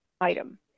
item